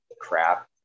crap